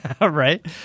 Right